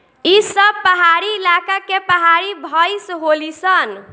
ई सब पहाड़ी इलाका के पहाड़ी भईस होली सन